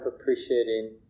appreciating